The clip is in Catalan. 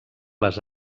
les